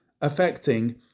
affecting